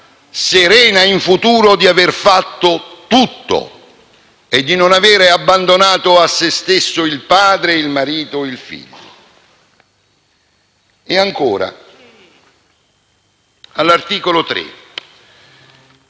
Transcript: serena in futuro di aver fatto tutto e di non avere abbandonato a se stesso il padre, il marito o il figlio? All'articolo 3